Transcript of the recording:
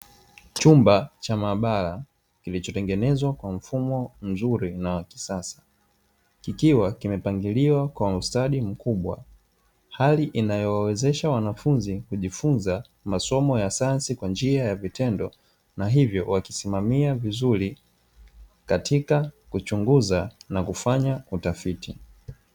Chumba cha maabara kilichotengenezwa kwa mfumo mzuri na wa kisasa, kikiwa kimepangiliwa kwa ustadi mkubwa. Hali inayowawezesha wanafunzi kujifunza masomo ya sayansi kwa njia ya vitendo na hivyo wakisimamia vizuri katika kuchunguza na kufanya utafiti.